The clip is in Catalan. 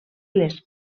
les